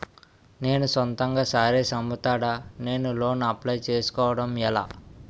నేను సొంతంగా శారీస్ అమ్ముతాడ, నేను లోన్ అప్లయ్ చేసుకోవడం ఎలా?